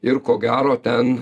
ir ko gero ten